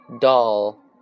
Doll